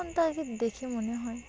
তখন তাদের দেখে মনে হয়